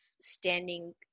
standing